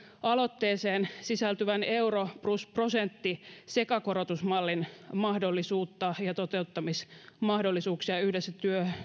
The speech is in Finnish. aloitteeseen sisältyvän euro plus prosentti sekakorotusmallin mahdollisuutta ja toteuttamismahdollisuuksia yhdessä